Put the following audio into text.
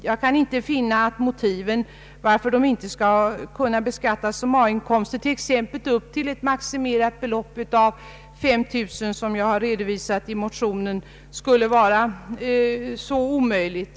Jag kan inte finna några övertygande motiv för att dessa inkomster inte skall kunna beskattas som A-inkomster upp till ett maximerat belopp — jag har i motionen angivit beloppet 5000 kronor.